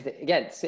again